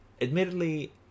Admittedly